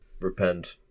repent